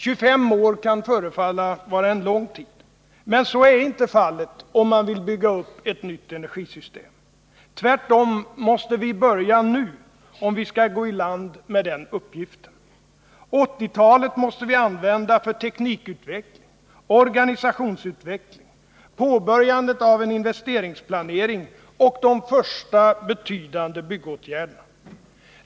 25 år kan förefalla vara en lång tid, men så är inte fallet om man vill bygga upp ett nytt energisystem. Tvärtom måste vi börja nu, om vi skall gå i land med den uppgiften. 1980-talet måste vi använda för teknikutveckling, organisationsutveckling, påbörjande av en investeringsplan och för de första betydande byggåtgärderna.